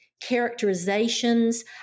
characterizations